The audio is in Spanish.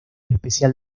especial